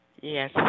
Yes